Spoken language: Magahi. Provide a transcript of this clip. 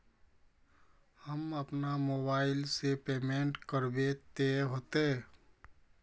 हम अपना मोबाईल से पेमेंट करबे ते होते?